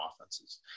offenses